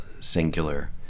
singular